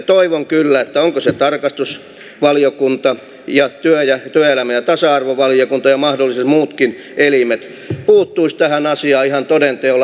toivon kyllä että vaikkapa tarkastusvaliokunta ja työelämä ja tasa arvovaliokunta ja mahdolliset muutkin elimet puuttuisivat tähän asiaan ihan toden teolla